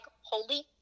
Holy